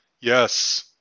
Yes